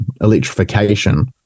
electrification